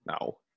No